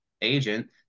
agent